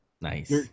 Nice